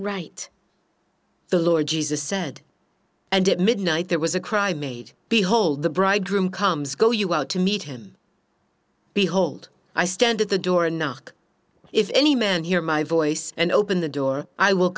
right the lord jesus said and it midnight there was a cry made behold the bridegroom comes go you out to meet him behold i stand at the door and knock if any man hear my voice and open the door i will